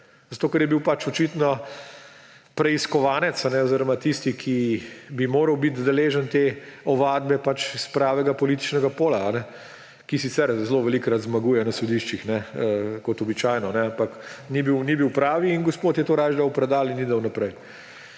naprej, ker je bil pač očitno preiskovanec oziroma tisti, ki bi moral biti deležen te ovadbe, s pravega političnega pola, ki sicer zelo velikokrat zmaguje na sodiščih kot običajno, ampak ni bil pravi. In gospod je to raje dal v predal in ni dal naprej.